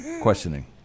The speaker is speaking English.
questioning